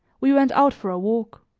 we went out for a walk.